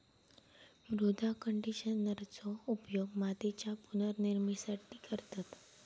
मृदा कंडिशनरचो उपयोग मातीच्या पुनर्निर्माणासाठी करतत